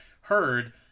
heard